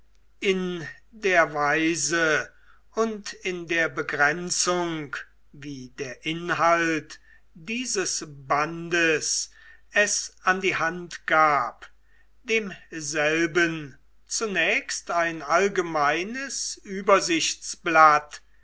in der weise und in der begrenzung wie der inhalt dieses bandes es an die hand gab demselben zunächst ein allgemeines